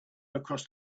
across